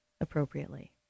appropriately